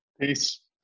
Peace